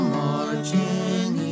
marching